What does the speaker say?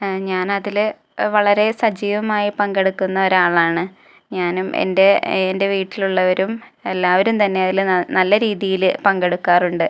ഞാൻ അതിൽ വളരെ സജീവമായി പങ്കെടുക്കുന്ന ഒരാളാണ് ഞാനും എൻ്റെ എൻ്റെ വീട്ടിലുള്ളവരും എല്ലാവരും തന്നെ അതിൽ നല്ല രീതീയിൽ പങ്കെടുക്കാറുണ്ട്